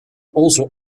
also